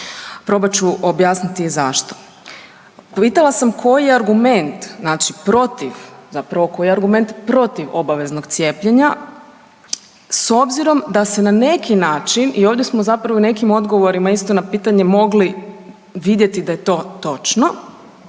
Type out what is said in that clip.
koji je argument, znači protiv, zapravo koji je argument protiv obaveznog cijepljenja s obzirom da se na neki način i ovdje smo zapravo nekim odgovorima isto na pitanje mogli vidjeti da je to točno,